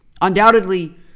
Undoubtedly